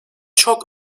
çok